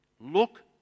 Look